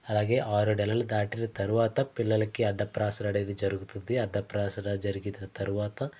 అలాగే ఆరు నెలలు దాటిన తరువాత పిల్లలకి అన్న ప్రాసననేది జరుగుతుంది అన్న ప్రాసన జరిగిన తరవాత